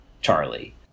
Charlie